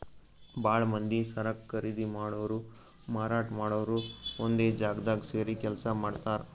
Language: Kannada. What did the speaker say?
ಭಾಳ್ ಮಂದಿ ಸರಕ್ ಖರೀದಿ ಮಾಡೋರು ಮಾರಾಟ್ ಮಾಡೋರು ಒಂದೇ ಜಾಗ್ದಾಗ್ ಸೇರಿ ಕೆಲ್ಸ ಮಾಡ್ತಾರ್